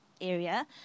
area